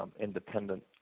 independent